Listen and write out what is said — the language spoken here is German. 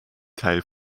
teil